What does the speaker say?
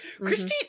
christine